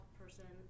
person